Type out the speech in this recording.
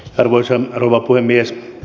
arvoisa rouva puhemies